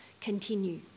continue